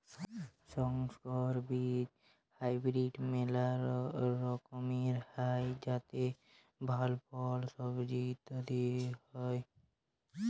সংকর বীজ হাইব্রিড মেলা রকমের হ্যয় যাতে ভাল ফল, সবজি ইত্যাদি হ্য়য়